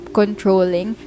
controlling